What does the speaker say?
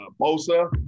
Bosa